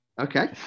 Okay